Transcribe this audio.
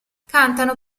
cantano